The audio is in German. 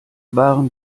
waren